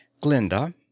Glinda